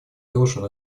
должен